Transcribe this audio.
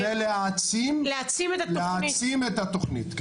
זה להעצים את התוכנית.